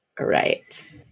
Right